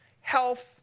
health